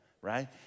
right